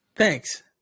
Thanks